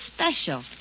special